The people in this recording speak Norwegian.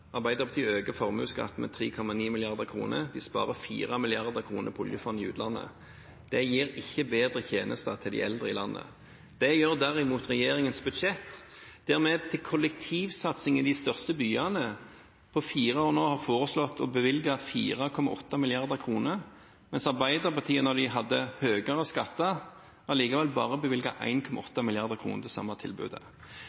Arbeiderpartiet øker formuesskatten med 3,9 mrd. kr, og de sparer 4 mrd. kr på oljefond i utlandet. Det gir ikke bedre tjenester til de eldre i landet. Det gjør derimot regjeringens budsjett, der vi – i løpet av fire år – har foreslått å bevilge 4,8 mrd. kr til kollektivsatsing i de største byene, mens Arbeiderpartiet, da de hadde høyere skatter, likevel bare